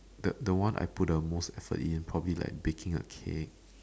the the one I put in most effort in probably like baking a cake